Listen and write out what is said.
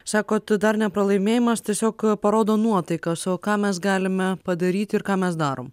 sakot dar ne pralaimėjimas tiesiog parodo nuotaikas o ką mes galime padaryti ir ką mes darom